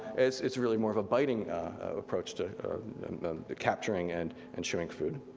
it's it's really more of a biting approach to the capturing and and chewing food.